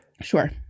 Sure